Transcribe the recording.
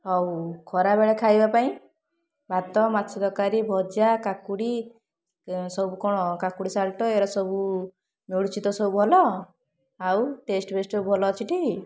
ହଉ ଖରାବେଳେ ଖାଇବା ପାଇଁ ଭାତ ମାଛ ତରକାରୀ ଭଜା କାକୁଡ଼ି ସବୁ କଣ କାକୁଡ଼ି ସାଲଟ ଏଉରା ସବୁ ମିଳୁଛିତ ସବୁ ଭଲ ଆଉ ଟେଷ୍ଟ୍ଫେଷ୍ଟ ସବୁ ଭଲ ଅଛିଟି